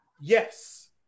yes